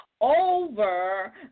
over